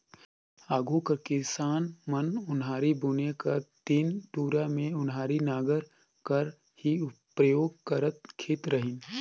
आघु कर किसान मन ओन्हारी बुने कर दिन दुरा मे ओन्हारी नांगर कर ही परियोग करत खित रहिन